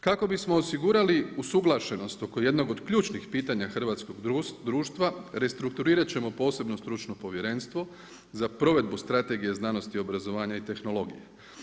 Kako bismo osigurali usuglašenost oko jednog od ključnih pitanja hrvatskog društva, restrukturirat ćemo posebno stručno povjerenstvo za provedbu strategije znanosti, obrazovanja i tehnologija.